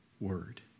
word